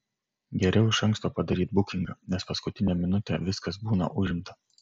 geriau iš anksto padaryt bukingą nes paskutinę minutę viskas būna užimta